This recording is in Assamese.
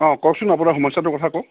অঁ কওচোন আপোনাৰ সমস্যাটোৰ কথা কওক